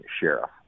sheriff